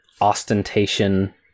ostentation